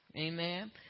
Amen